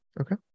okay